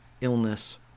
illness